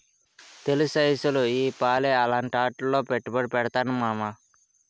తెలుస్తెలుసు ఈపాలి అలాటాట్లోనే పెట్టుబడి పెడతాను మావా